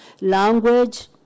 Language